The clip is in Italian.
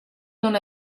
non